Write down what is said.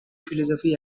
philosophy